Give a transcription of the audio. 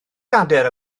gadair